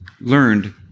learned